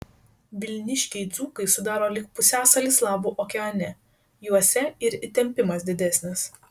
vilniškiai dzūkai sudaro lyg pusiasalį slavų okeane juose ir įtempimas didesnis